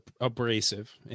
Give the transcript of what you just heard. abrasive